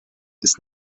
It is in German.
ist